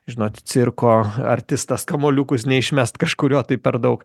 žinot cirko artistas kamuoliukus neišmest kažkurio tai per daug